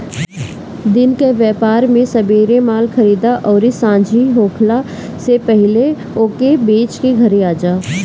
दिन कअ व्यापार में सबेरे माल खरीदअ अउरी सांझी होखला से पहिले ओके बेच के घरे आजा